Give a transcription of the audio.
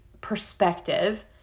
perspective